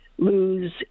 lose